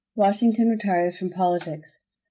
washington retires from politics.